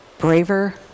braver